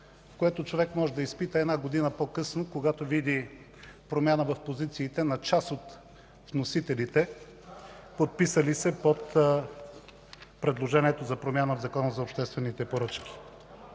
което човек може да изпита една година по-късно, когато види промяна в позициите на част от вносителите, подписали се под предложението за промяна в Закона за обществените поръчки.